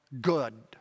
good